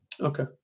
Okay